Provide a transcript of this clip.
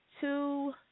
two